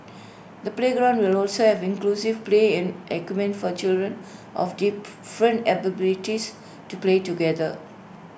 the playground will also have inclusive playing equipment for children of different abilities to play together